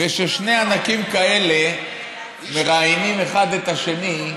וכששני ענקים כאלה מראיינים אחד את השני,